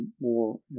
more